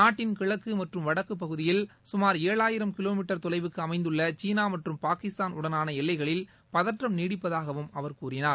நாட்டின் கிழக்கு மற்றும் வடக்கு பகுதியில் சுமார் ஏழாயிரம் கிலோ மீட்டர் தொலைவுக்கு அமைந்துள்ள சீனா மற்றும் பாகிஸ்தான் உடனான எல்லைகளில் பதற்றம் நீடிப்பதாகவும் அவர் கூறினார்